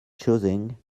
choosing